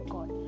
God